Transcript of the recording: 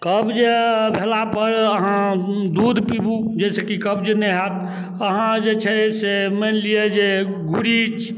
कब्ज भेलापर अहाँ दूध पीबू जाहिसँ कि कब्ज नहि हैत अहाँ जे छै से मानि लिअऽ जे गुरीच